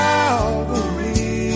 Calvary